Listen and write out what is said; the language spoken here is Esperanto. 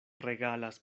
regalas